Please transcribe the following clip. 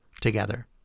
together